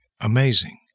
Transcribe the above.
amazing